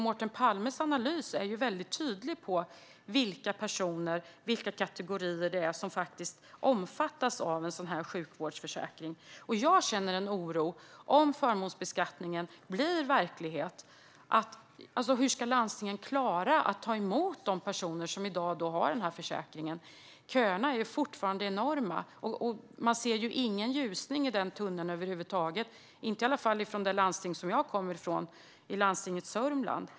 Mårten Palmes analys är väldigt tydlig med vilka kategorier av personer som omfattas av en sådan här sjukvårdsförsäkring. Om förmånsbeskattningen blir verklighet känner jag en oro för hur landstingen ska klara att ta emot de personer som i dag har den här försäkringen. Köerna är fortfarande enorma. Man ser ingen ljusning i den tunneln över huvud taget, i alla fall inte i landstinget i den del av landet som jag kommer från, nämligen Sörmland.